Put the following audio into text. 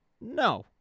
no